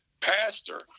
pastor